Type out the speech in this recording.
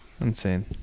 Insane